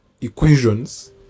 equations